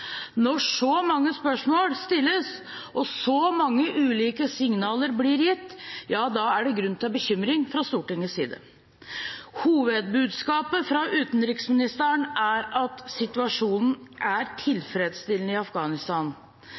Når så mange spørsmål stilles og så mange ulike signaler blir gitt, er det grunn til bekymring fra Stortingets side. Hovedbudskapet fra utenriksministeren er at situasjonen i Afghanistan er tilfredsstillende. Jeg vil gjerne be utenriksministeren begrunne det noe nærmere i